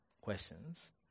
questions